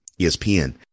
ESPN